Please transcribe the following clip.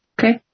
Okay